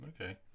Okay